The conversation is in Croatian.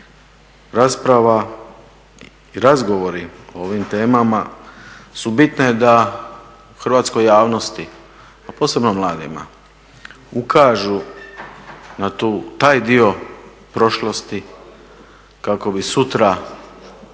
rasprava i razgovori o ovim temama su bitne da u hrvatskoj javnosti, a posebno mladima ukažu na taj dio prošlosti kako bi sutra